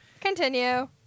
Continue